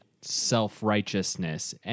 self-righteousness